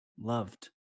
loved